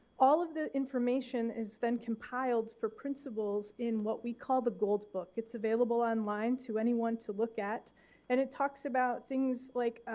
all the information is then compiled for principals in what we call the gold book it's available online to anyone to look at and it talks about things like,